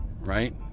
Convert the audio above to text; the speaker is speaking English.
right